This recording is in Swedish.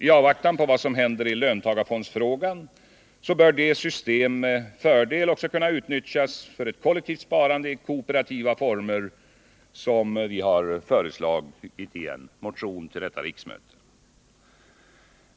I avvaktan på vad som händer i löntagarfondsfrågan bör det systemet med fördel också kunna utnyttjas för ett kollektivt sparande i kooperativa former i enlighet med det förslag som centern nyligen lagt fram i en motion till detta riksmöte.